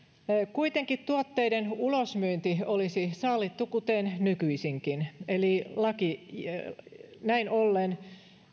kuitenkin tuotteiden ulosmyynti olisi sallittua kuten nykyisinkin eli näin ollen